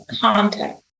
context